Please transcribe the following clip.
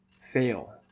fail